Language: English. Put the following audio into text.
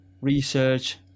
research